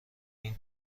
این